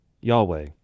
Yahweh